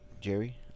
Jerry